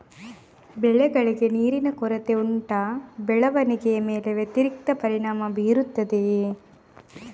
ಬೆಳೆಗಳಿಗೆ ನೀರಿನ ಕೊರತೆ ಉಂಟಾ ಬೆಳವಣಿಗೆಯ ಮೇಲೆ ವ್ಯತಿರಿಕ್ತ ಪರಿಣಾಮಬೀರುತ್ತದೆಯೇ?